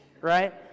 right